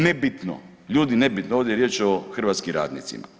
Nebitno, ljudi nebitno, ovdje je riječ o hrvatskim radnicima.